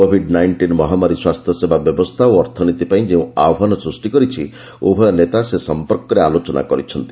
Covid nineteen ମହାମାରୀ ସ୍ୱାସ୍ଥ୍ୟସେବା ବ୍ୟବସ୍ଥା ଓ ଅର୍ଥନୀତି ପାଇଁ ଯେଉଁ ଆହ୍ୱାନ ସୃଷ୍ଟି କରିଛି ଉଭୟ ନେତା ସେ ସମ୍ପର୍କରେ ଆଲୋଚନା କରିଛନ୍ତି